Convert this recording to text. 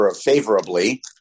favorably